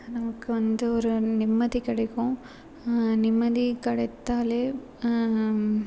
நமக்கு வந்து ஒரு நிம்மதி கிடைக்கும் நிம்மதி கிடைத்தாலே